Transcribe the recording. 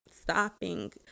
stopping